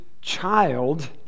child